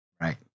Right